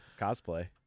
cosplay